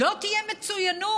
לא תהיה מצוינות.